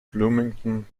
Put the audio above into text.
bloomington